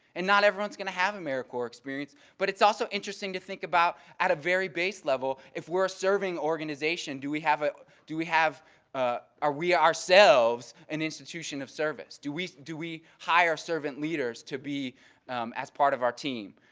and not everyone is going to have americorps experience, but it's also interesting to think about at a very base level if we're a serving organization, do we have, ah are we ah are we ourselves an institution of service. do we do we hire servant leaders to be as part of our team.